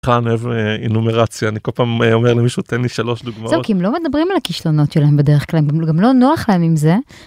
אני אוהב אינומרציה אני כל פעם אומר למישהו תן לי שלוש דוגמאות זהו כי הם לא מדברים על הכישלונות שלהם בדרך כלל גם לא נוח להם עם זה.